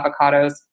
avocados